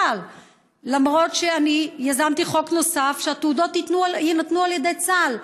למרות שיזמתי חוק נוסף שהתעודות יינתנו על ידי צה"ל.